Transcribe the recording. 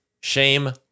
Shame